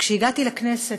שכשהגעתי לכנסת,